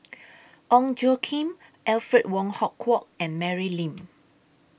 Ong Tjoe Kim Alfred Wong Hong Kwok and Mary Lim